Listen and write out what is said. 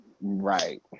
Right